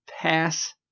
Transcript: pass